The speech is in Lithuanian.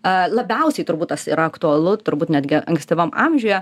ė labiausiai turbūt tas yra aktualu turbūt netgi ankstyvam amžiuje